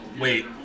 wait